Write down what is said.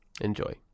Enjoy